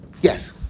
Yes